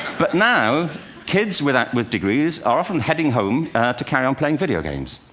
but now kids with with degrees are often heading home to carry on playing video games,